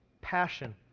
passion